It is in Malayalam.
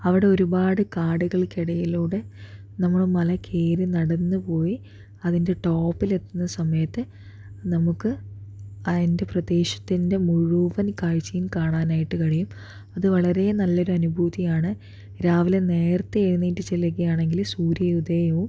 അവിടെ ഒരുപാട് കാടുകൾക്കിടയിലൂടെ നമ്മള് മല കയറി നടന്ന് പോയി അതിൻ്റെ ടോപ്പിലെത്തുന്ന സമയത്ത് നമുക്ക് അതിൻ്റെ പ്രദേശത്തിൻ്റെ മുഴുവൻ കാഴ്ചയും കാണാനായിട്ട് കഴിയും അത് വളരേ നല്ലൊരു അനുഭൂതിയാണ് രാവിലെ നേരത്തെ എഴുന്നേറ്റ് ചെല്ലുകയാണെങ്കില് സൂര്യോദയവും